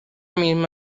misma